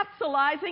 capsulizing